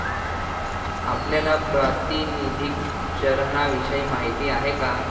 आपल्याला प्रातिनिधिक चलनाविषयी माहिती आहे का?